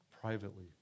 privately